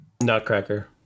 nutcracker